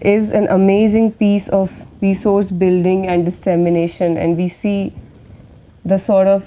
is an amazing piece of resource building and dissemination and we see the sort of